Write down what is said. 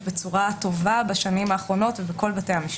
בצורה טובה בשנים האחרונות בכל בתי המשפט.